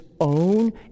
own